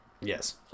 Yes